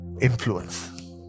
influence